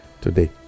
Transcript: today